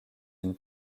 une